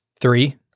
Three